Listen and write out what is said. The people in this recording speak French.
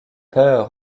peur